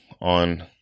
on